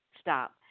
Stop